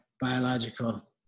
biological